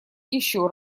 ещё